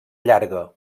llarga